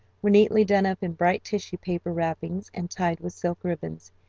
were neatly done up in bright tissue paper wrappings, and tied with silk ribbons.